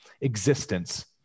Existence